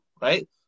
right